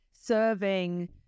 serving